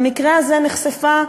במקרה הזה נחשפה,